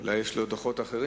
הוא צריך את הדיון הזה,